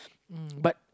uh but